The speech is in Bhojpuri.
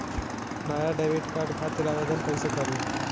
हम नया डेबिट कार्ड खातिर आवेदन कईसे करी?